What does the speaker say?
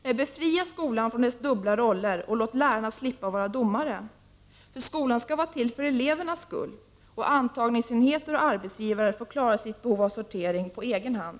Nej, befria skolan från dess dubbla roller och låt lärarna slippa vara domare! Skolan skall vara till för elevernas skull — antagningsenheter och arbetsgivare får klara sitt behov av sortering på egen hand.